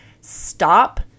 stop